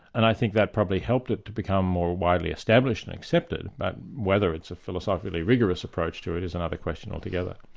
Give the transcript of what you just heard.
and i think that probably helped it to become more widely established and accepted, but whether it's a philosophically rigorous approach to it is another question altogether.